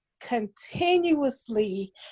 continuously